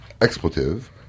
expletive